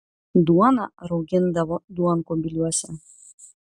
duoną raugindavo duonkubiliuose